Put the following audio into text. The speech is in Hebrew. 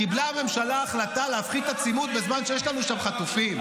קיבלה הממשלה החלטה להפחית עצימות בזמן שיש לנו שם חטופים?